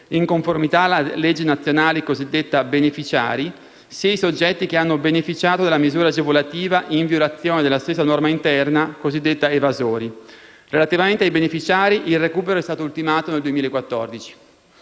in conformità alla legge nazionale cosiddetta "beneficiari", sia i soggetti che hanno beneficiato della misura agevolativa in violazione della stessa normativa interna cosiddetta "evasori". Relativamente ai "beneficiari", il recupero è stato ultimato nel 2014.